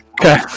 Okay